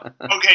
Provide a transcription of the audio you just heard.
Okay